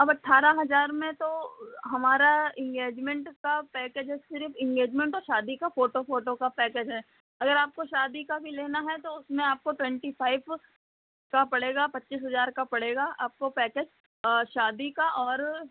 अब अठ्ठारह हजार में तो हमारा इंगेजमेंट का पैकेज है सर इंगेजमेंट और शादी का फोटो फोटो का पैकेज है अगर आपको शादी का भी लेना है तो उसमें आपको ट्वेन्टी फाइब का पड़ेगा पच्चीस हजार का पड़ेगा आपको पैकेज शादी का और